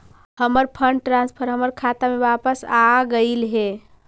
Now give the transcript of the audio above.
हमर fund transfer हमर खाता में वापस आगईल हे